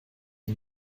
ihn